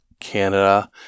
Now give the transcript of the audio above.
Canada